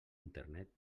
internet